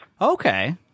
Okay